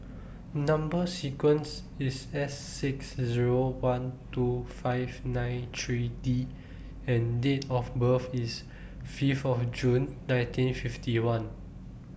Number sequence IS S six Zero one two five nine three D and Date of birth IS Fifth of June nineteen fifty one